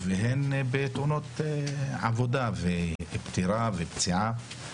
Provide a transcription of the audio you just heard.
והן בתאונות עבודה, פטירה ופציעה,